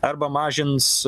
arba mažins